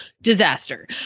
disaster